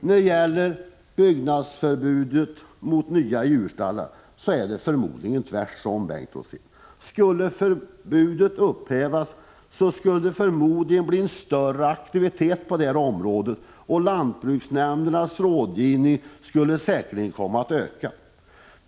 När det gäller byggnadsförbud avseende nya djurstallar är det förmodligen tvärtom, Bengt Rosén. Om förbudet skulle upphävas, blev det antagligen en större aktivitet på det här området, och lantbruksnämndernas rådgivning skulle säkerligen komma att öka.